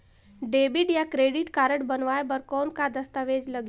Debit या credit card बनवाय बर कौन का दस्तावेज लगही?